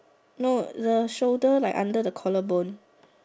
no the shoulder like under the collarbone